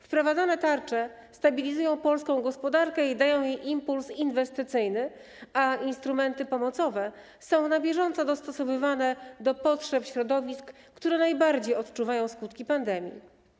Wprowadzone tarcze stabilizują polską gospodarkę i dają jej impuls inwestycyjny, a instrumenty pomocowe są na bieżąco dostosowywane do potrzeb środowisk, które najbardziej odczuwają skutki pandemii.